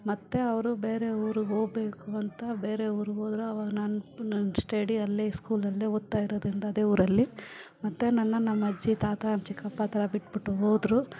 ಮತ್ತು ಅವರು ಬೇರೆ ಊರಿಗ್ ಹೋಬೇಕು ಅಂತ ಬೇರೆ ಊರ್ಗೆ ಹೋದರು ಅವಾಗ ನಾನು ನನ್ನ ಸ್ಟಡಿ ಅಲ್ಲೇ ಸ್ಕೂಲಲ್ಲಿ ಓದ್ತಾ ಇರೋದರಿಂದ ಅದೇ ಊರಲ್ಲಿ ಮತ್ತು ನನ್ನ ನಮ್ಮ ಅಜ್ಜಿ ತಾತ ಚಿಕಪ್ಪ ಹತ್ತಿರ ಬಿಟ್ಬಿಟ್ಟು ಹೋದರು